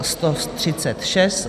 136.